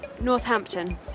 Northampton